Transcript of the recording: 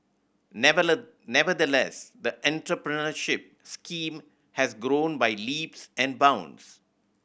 never nevertheless the entrepreneurship scheme has grown by leaps and bounds